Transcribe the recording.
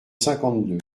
cinquante